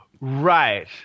Right